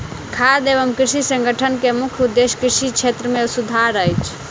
खाद्य एवं कृषि संगठन के मुख्य उदेश्य कृषि क्षेत्र मे सुधार अछि